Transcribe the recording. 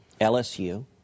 LSU